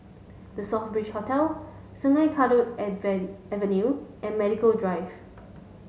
The Southbridge Hotel Sungei Kadut Avenue and Medical Drive